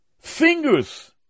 fingers